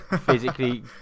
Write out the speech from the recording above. physically